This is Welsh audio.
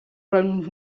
rownd